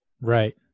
Right